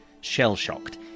Shell-shocked